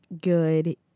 good